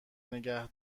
نگه